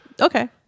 Okay